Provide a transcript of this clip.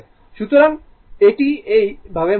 সুতরাং এটি এই এইভাবে মুভ করে